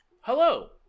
Hello